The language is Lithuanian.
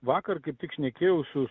vakar kaip tik šnekėjau su